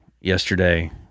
yesterday